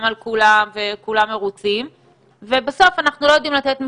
על כולם וכולם מרוצים ובסוף אנחנו לא יודעים לתת מספרים,